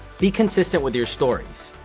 be consistent with your stories.